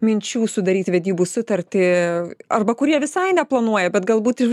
minčių sudaryt vedybų sutartį arba kurie visai neplanuoja bet galbūt ir